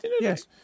Yes